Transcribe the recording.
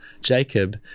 Jacob